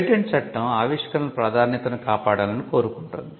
patent చట్టం ఆవిష్కరణల ప్రాధాన్యతను కాపాడాలని కోరుకుంటుంది